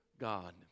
God